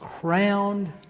crowned